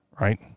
right